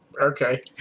Okay